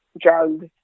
drugs